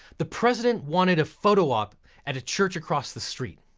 the president wanted a photo op at a church across the street.